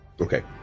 Okay